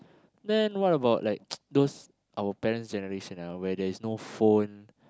then what about like those our parents generation ah where there is no phone